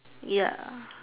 ya